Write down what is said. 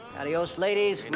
adios ladies,